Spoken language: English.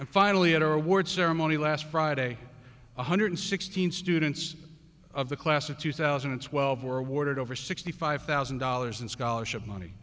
and finally in our award ceremony last friday one hundred sixteen students of the class of two thousand and twelve were awarded over sixty five thousand dollars in scholarship money